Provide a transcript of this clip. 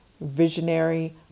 visionary